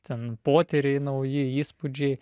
ten potyriai nauji įspūdžiai